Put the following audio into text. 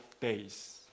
days